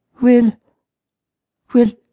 Will—will